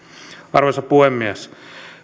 arvoisa puhemies